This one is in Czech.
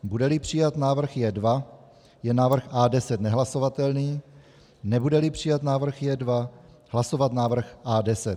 Budeli přijat návrh J2, je návrh A10 nehlasovatelný, nebudeli přijat návrh J2, hlasovat návrh A10.